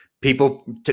people